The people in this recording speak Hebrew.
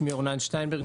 שמי אורנן שטיינברג,